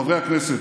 חברי הכנסת,